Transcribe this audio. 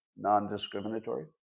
non-discriminatory